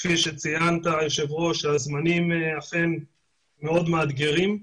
כפי שציין היושב ראש, הזמנים אכן מאוד מאתגרים.